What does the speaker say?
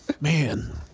Man